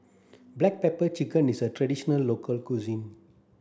black pepper chicken is a traditional local cuisine